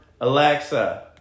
Alexa